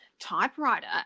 typewriter